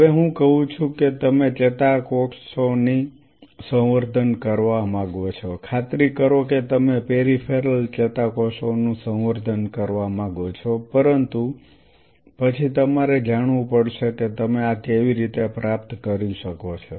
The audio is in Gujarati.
હવે હું કહું છું કે તમે ચેતાકોષોનું સંવર્ધન કરવા માંગો છો ખાતરી કરો કે તમે પેરિફેરલ ચેતાકોષોનું સંવર્ધન કરવા માંગો છો પરંતુ પછી તમારે જાણવું પડશે કે તમે આ કેવી રીતે પ્રાપ્ત કરી શકો છો